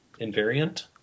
Invariant